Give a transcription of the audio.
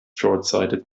shortsighted